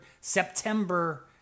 September